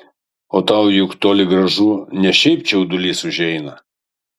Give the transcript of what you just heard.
o tau juk toli gražu ne šiaip čiaudulys užeina